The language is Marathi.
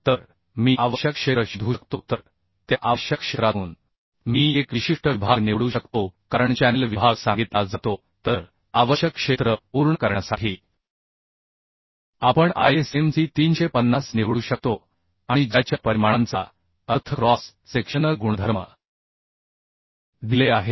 तर मी आवश्यक क्षेत्र शोधू शकतो तर त्या आवश्यक क्षेत्रातून मी एक विशिष्ट विभाग निवडू शकतो कारण चॅनेल विभाग सांगितला जातो तर आवश्यक क्षेत्र पूर्ण करण्यासाठी आपण ISMC 350 निवडू शकतो आणि ज्याच्या परिमाणांचा अर्थ क्रॉस सेक्शनल गुणधर्म दिले आहेत